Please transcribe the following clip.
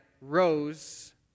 rose